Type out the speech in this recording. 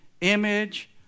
image